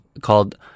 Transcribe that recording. called